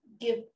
give